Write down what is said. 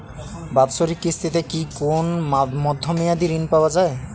বাৎসরিক কিস্তিতে কি কোন মধ্যমেয়াদি ঋণ পাওয়া যায়?